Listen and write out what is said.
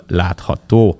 látható